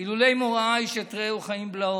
אלמלא מוראה איש את רעהו חיים בלעו.